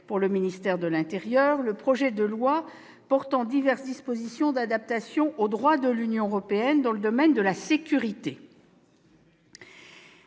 pour le ministère de l'intérieur, le projet de loi portant diverses dispositions d'adaptation au droit de l'Union européenne dans le domaine de la sécurité.